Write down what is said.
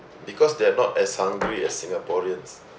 because they are not as hungry as singaporeans